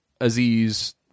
aziz